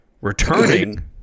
returning